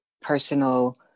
personal